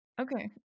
Okay